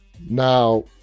Now